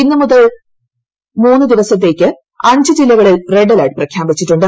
ഇന്ന് മുതൽ രണ്ട് ദിവസത്തേക്ക് അഞ്ച് ജില്ലകളിൽ റെഡ് അലർട്ട് പ്രഖ്യാപിച്ചിട്ടുണ്ട്